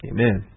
Amen